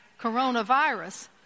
coronavirus